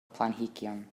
planhigion